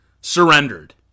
Surrendered